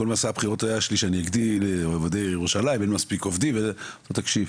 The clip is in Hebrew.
אמרתי לו, תקשיב,